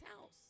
house